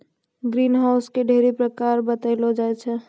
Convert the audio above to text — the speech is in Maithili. ग्रीन हाउस के ढ़ेरी प्रकार बतैलो जाय छै